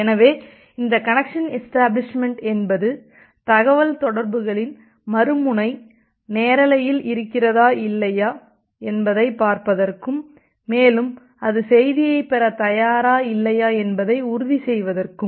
எனவே இந்த connection establishment என்பது தகவல்தொடர்புகளின் மறுமுனை நேரலையில் இருக்கிறதா இல்லையா என்பதைப் பார்ப்பதற்கும் மேலும் அது செய்தியைப் பெறத் தயாரா இல்லையா என்பதை உறுதி செய்வதற்கும்